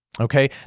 Okay